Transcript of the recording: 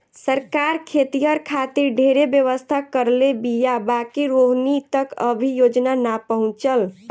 सरकार खेतिहर खातिर ढेरे व्यवस्था करले बीया बाकिर ओहनि तक अभी योजना ना पहुचल